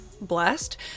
blessed